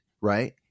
right